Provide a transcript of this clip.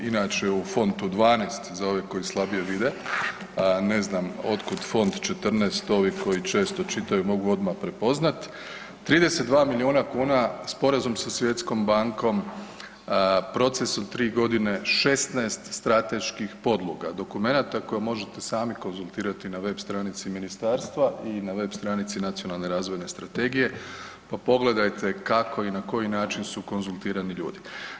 Inače u Fontu 12 za ove koji slabije vide, ne znam otkud Font 14, ovi koji često čitaju mogu odmah prepoznat, 32 milijuna kuna Sporazum sa Svjetskom bankom, proces od 3.g., 16 strateških podloga, dokumenata koje možete sami konzultirati na web stranici ministarstva i na web stranici Nacionalne razvojne strategije, pa pogledajte kako i na koji način su konzultirani ljudi.